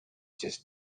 just